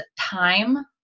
time